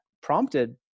prompted